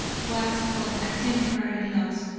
was but a temporary loss,